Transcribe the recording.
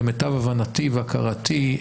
למיטב הבנתי והכרתי,